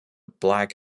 black